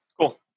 cool